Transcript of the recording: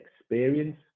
experience